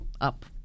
up